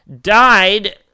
died